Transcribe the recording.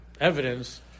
evidence